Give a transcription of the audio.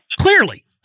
clearly